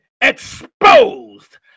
exposed